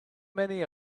many